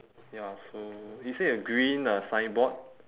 ya so is it a green uh signboard